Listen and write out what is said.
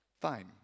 fine